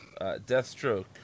Deathstroke